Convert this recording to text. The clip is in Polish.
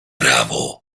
prawo